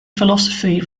philosophy